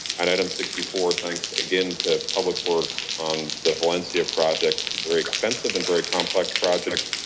item sixty four thanks again to public works on the valencia project. it's a very expensive and very complex project.